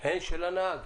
הן של הנהג.